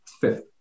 fifth